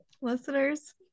Listeners